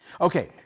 Okay